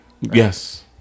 Yes